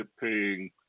paying